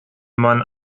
man